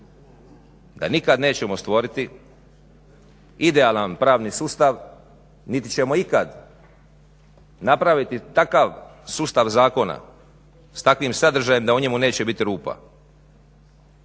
da nikad nećemo stvoriti idealan pravni sustav niti ćemo ikad napraviti takav sustav zakona s takvim sadržajem da u njemu neće biti rupa.